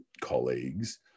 colleagues